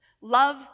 Love